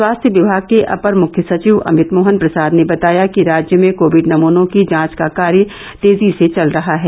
स्वास्थ्य विभाग के अपर मुख्य सचिव अमित मोहन प्रसाद ने बताया कि राज्य में कोविड नमूनों की जांच का कार्य तेजी से चल रहा है